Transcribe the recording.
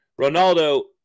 Ronaldo